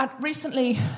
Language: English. recently